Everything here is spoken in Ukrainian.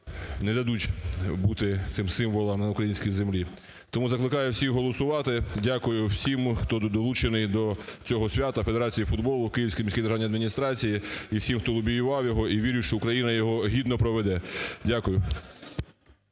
не дадуть бути цим символам на українській землі. Тому закликаю всіх голосувати. Дякую всім, хто долучений до цього свята: Федерації футболу, Київський міський державній адміністрації і всі, хто лобіював його, і вірю, що Україна його гідно проведе. Дякую.